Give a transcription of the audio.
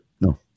No